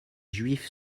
juifs